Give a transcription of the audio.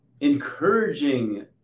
encouraging